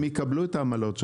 הם יקבלו את העמלות שלהם,